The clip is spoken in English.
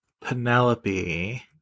Penelope